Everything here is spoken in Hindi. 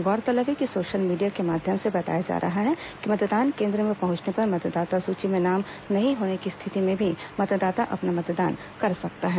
गौरतलब है कि सोशल मीडिया के माध्यम से बताया जा रहा है कि मतदान केन्द्र में पहंचने पर मतदाता सुची में नाम नहीं होने की स्थिति में भी मतदाता अपना मतदान कर सकता है